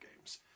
games